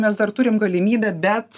mes dar turim galimybę bet